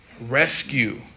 Rescue